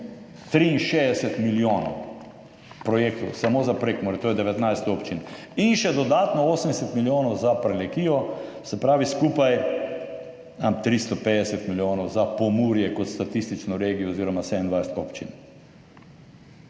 263 milijonov [evrov] za projekte, samo za Prekmurje, to je 19 občin, in še dodatno 80 milijonov za Prlekijo, se pravi skupaj 350 milijonov za Pomurje kot statistično regijo oziroma 27 občin.